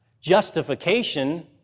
Justification